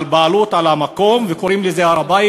לבעלות על המקום, והם קוראים לזה הר-הבית.